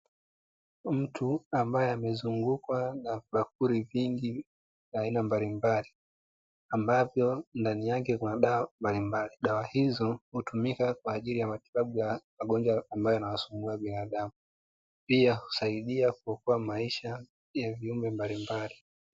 Mtu ambae amezungukwa na vibakuli vingi vya aina mbalimbali ambavyo ndani yake kuna dawa mbalimbali, dawa hizo hutumika kwaajili ya matibabu ya magonjwa ambayo yanawasumbua binadamu pia husaidia kuokoa maisha ya viumbe mbalimbali.